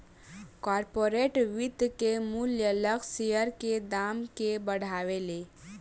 corporate वित्त के मूल्य लक्ष्य शेयर के दाम के बढ़ावेले